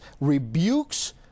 rebukes